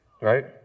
right